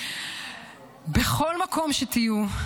בכל מקום שתהיו,